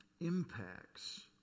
impacts